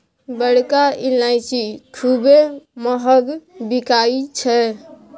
बड़का ईलाइची खूबे महँग बिकाई छै